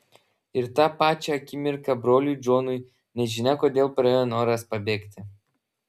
ir tą pačią akimirką broliui džonui nežinia kodėl praėjo noras pabėgti